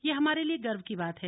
यह हमारे लिए गर्व की बात है